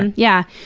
and yeah.